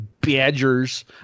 Badgers